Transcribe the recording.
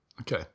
okay